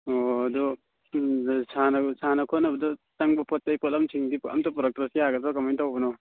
ꯑꯣ ꯑꯗꯣ ꯁꯥꯟꯅ ꯈꯣꯠꯅꯕꯗ ꯆꯪꯕ ꯄꯣꯠ ꯆꯩ ꯄꯣꯠꯂꯝꯁꯤꯡꯗꯤ ꯑꯝꯇ ꯄꯣꯔꯛꯇ꯭ꯔꯁꯨ ꯌꯥꯒꯗ꯭ꯔꯣ ꯀꯃꯥꯏꯅ ꯇꯧꯕꯅꯣ